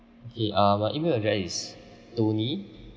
okay uh my email address is tony